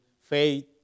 faith